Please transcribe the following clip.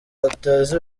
bateze